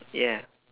ya